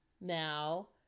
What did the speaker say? Now